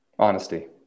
Honesty